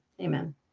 amen